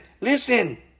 listen